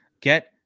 Get